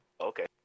Okay